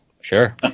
Sure